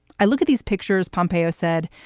i look at these pictures, pompeo said.